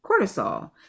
cortisol